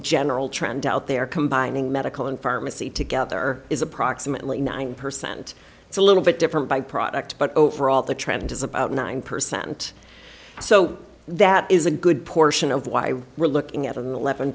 general trend out there combining medical and pharmacy together is approximately nine percent it's a little bit different by product but overall the trend is about nine percent so that is a good portion of why we're looking at an eleven